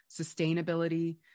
sustainability